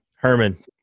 Herman